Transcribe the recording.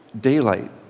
daylight